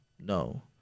No